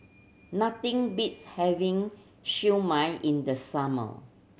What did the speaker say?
nothing beats having Siew Mai in the summer